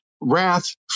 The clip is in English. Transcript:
wrath